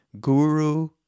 Guru